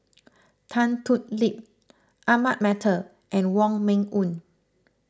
Tan Thoon Lip Ahmad Mattar and Wong Meng Voon